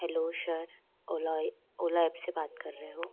hello sir Ola ये Ola app से बात कर रहे हो